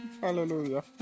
Hallelujah